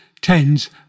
tens